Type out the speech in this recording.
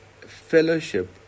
fellowship